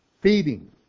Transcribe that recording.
feeding